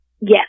Yes